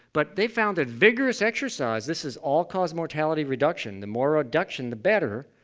but they found ah vigorous exercise, this is all cause mortality reduction, the more reduction the better,